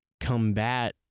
combat